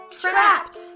Trapped